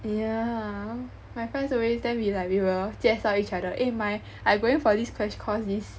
yeah my friends always then we like we will 介绍 each other eh my I going for this crash course this